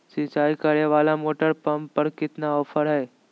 सिंचाई करे वाला मोटर पंप पर कितना ऑफर हाय?